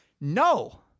No